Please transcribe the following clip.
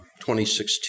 2016